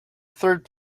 third